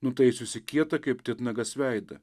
nutaisiusi kietą kaip titnagas veidą